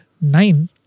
nine